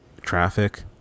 traffic